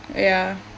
ya